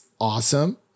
awesome